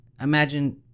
Imagine